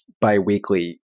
bi-weekly